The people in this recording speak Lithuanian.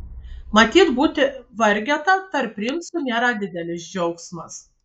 matyt būti vargeta tarp princų nėra didelis džiaugsmas